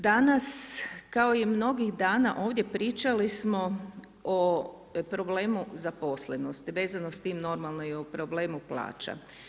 Danas kao i mnogih dana ovdje pričali smo o problemu zaposlenih vezano s time normalno i o problemu plaća.